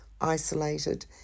isolated